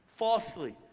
falsely